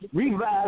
Revise